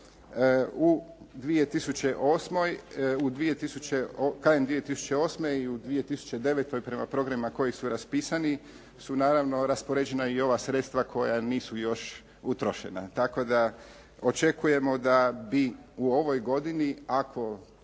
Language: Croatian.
2008. i u 2009. prema programima koji su raspisani su naravno raspoređena i ova sredstva koja nisu još utrošena tako da očekujemo da bi u ovoj godini, ako